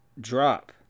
drop